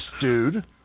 dude